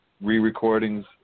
re-recordings